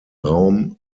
raum